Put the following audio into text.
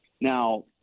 Now